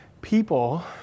people